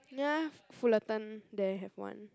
ya Fullerton there have [one]